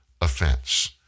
offense